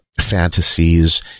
Fantasies